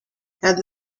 and